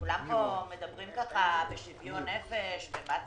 כולם מדברים בשוויון נפש על מה צריך.